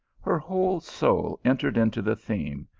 her whole soul entered into the theme,